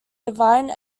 divine